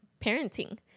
parenting